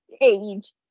age